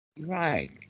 Right